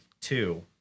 two